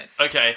Okay